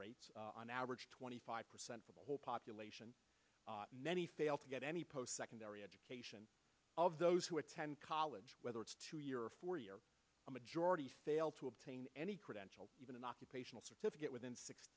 rates on average twenty five percent of the whole population many fail to get any post secondary education of those who attend college whether it's a two year four year majority fail to obtain any credential even an occupational certificate within six